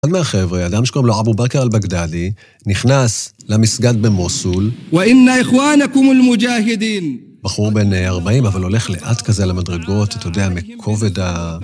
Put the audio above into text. אחד מהחבר'ה, אדם שקוראים לו אבו בכר אל-בגדדי, נכנס למסגד במוסול. "ואינה איחואנקום אל-מוג'הידין". בחור בין 40 אבל הולך לאט כזה למדרגות, אתה יודע, מכובד ה...